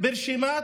ברשימת